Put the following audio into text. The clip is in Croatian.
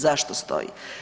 Zašto stoji?